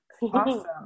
Awesome